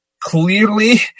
clearly